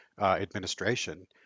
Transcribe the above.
administration